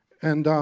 and